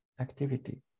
activity